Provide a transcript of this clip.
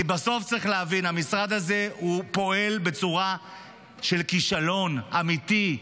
כי בסוף צריך להבין: המשרד הזה פועל בצורה של כישלון אמיתי.